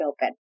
open